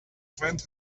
friend